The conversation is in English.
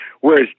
whereas